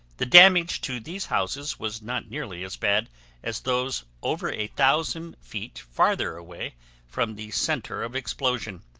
the damage to these houses was not nearly as bad as those over a thousand feet farther away from the center of explosion.